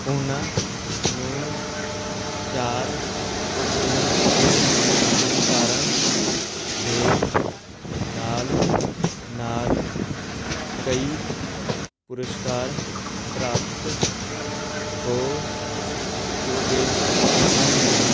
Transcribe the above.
ਉਹਨਾਂ ਨੂੰ ਚਾਰ ਫਿਲਮਫੇਅਰ ਪੁਰਸਕਾਰਾਂ ਦੇ ਨਾਲ ਨਾਲ ਕਈ ਪੁਰਸਕਾਰ ਪ੍ਰਾਪਤ ਹੋ ਚੁੱਕੇ ਹਨ